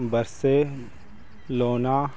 ਬਰਸੇ ਲੋਨਾ